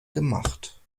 gemacht